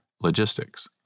Logistics